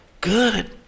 good